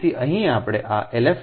તેથી અહીં આપણે આ LF